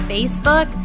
Facebook